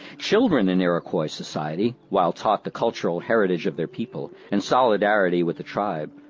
children in iroquois society, while taught the cultural heritage of their people and solidarity with the tribe,